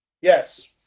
Yes